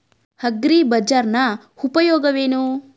ಅಗ್ರಿಬಜಾರ್ ನ ಉಪಯೋಗವೇನು?